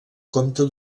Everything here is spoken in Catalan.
comte